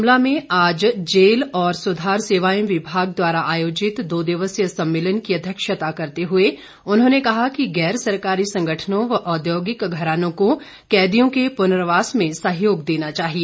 शिमला में आज जेल और सुधार सेवाएं विभाग द्वारा आयोजित दो दिवसीय सम्मेलन की अध्यक्षता करते हुए उन्होंने कहा कि गैर सरकारी संगठनों व औद्योगिक घरानों को कैदियों के पुनर्वास में सहयोग देना चाहिए